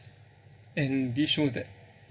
and this shows that